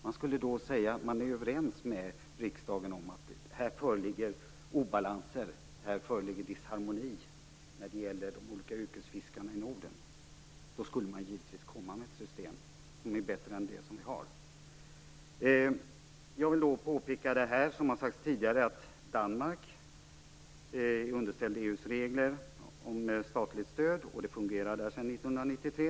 Man skulle säga att man är överens med riksdagen om att det föreligger obalanser och disharmoni när det gäller de olika yrkesfiskarna i Norden, och man skulle givetvis komma med ett system som är bättre än det vi har. Jag vill påpeka att Danmark, som tidigare har sagts, är underställt EU:s regler om statligt stöd, och vi vet att det fungerar där sedan 1993.